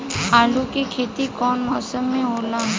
आलू के खेती कउन मौसम में होला?